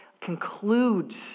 concludes